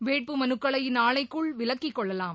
வேட்பு மனுக்களை நாளைக்குள் விலக்கிக்கொள்ளலாம்